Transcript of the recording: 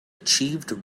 achieved